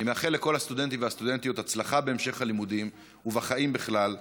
אני מאחל לכל הסטודנטים והסטודנטיות הצלחה בהמשך הלימודים ובחיים בכלל.